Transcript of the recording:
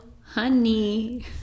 honey